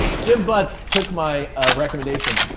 jim butz took my recommendation.